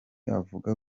avuga